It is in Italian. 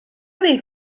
dei